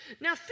Now